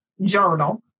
journal